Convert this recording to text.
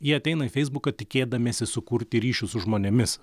jie ateina į feisbuką tikėdamiesi sukurti ryšius su žmonėmis